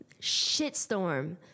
shitstorm